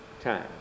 time